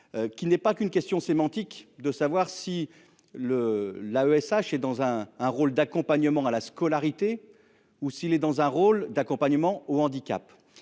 Qui n'est pas qu'une question sémantique de savoir si le la ESH et dans un, un rôle d'accompagnement à la scolarité ou s'il est dans un rôle d'accompagnement au handicap